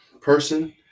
person